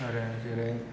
आरो जेरै